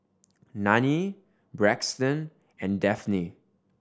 Nanie Braxton and Dafne